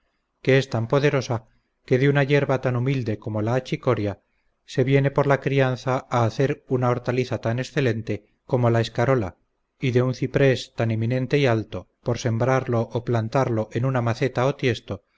que es tan poderosa que de una yerba tan humilde como la achicoria se viene por la crianza a hacer una hortaliza tan excelente como la escarola y de un ciprés tan eminente y alto por sembrarlo o plantarlo en una maceta o tiesto